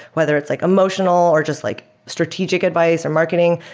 whether it's like emotional or just like strategic advice or marketing.